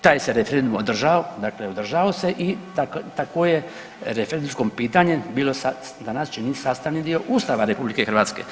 Taj se referendum održao, dakle održao se i takvo je referendumsko pitanje bilo, danas čini sastavni dio Ustava RH.